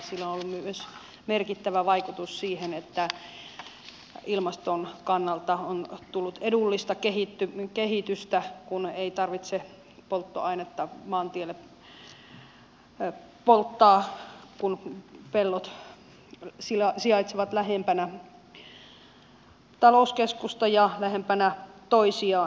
sillä on ollut merkittävä vaikutus myös siihen että ilmaston kannalta on tullut edullista kehitystä kun ei tarvitse polttoainetta maantiellä polttaa koska pellot sijaitsevat lähempänä talouskeskusta ja lähempänä toisiaan